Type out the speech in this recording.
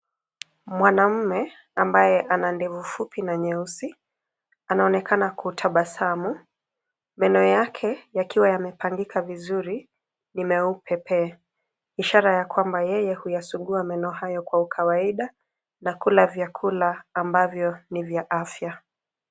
Mwanamume ambaye ana ndevu fupi na nyeusi anaonekana kutabasamu. Meno yake yakiwa yamepangika vizuri ni meupe pe, ishara kwamba yeye huyasugua meno yake kwa ukawaida na kula vyakula ambavyo ni vya afya.